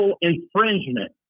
infringement